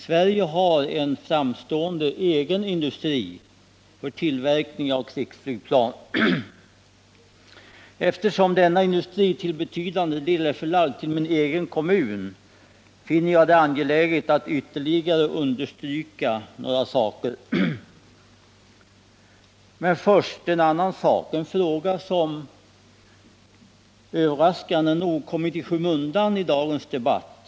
Sverige har en framstående egen industri för tillverkning av krigsflygplan. Eftersom denna industri till betydande del är förlagd till min egen kommun finner jag det angeläget att ytterligare understryka några saker. Men först vill jag ta upp en fråga som överraskande nog kommit i skymundan i dagens debatt.